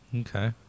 Okay